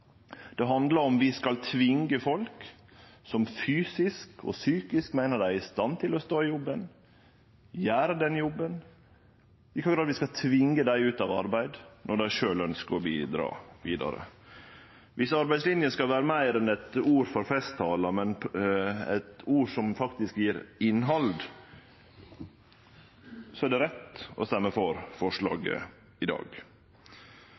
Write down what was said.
det. For det er det det handlar om. Det handlar om vi skal tvinge folk som fysisk og psykisk meiner dei er i stand til å stå i jobben og gjere jobben, ut av arbeid når dei sjølv ønskjer å bidra vidare. Dersom arbeidslinja skal vere meir enn eit ord for festtalar, eit ord som faktisk gjev innhald, er det rett å røyste for forslaget i dag.